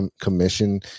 commission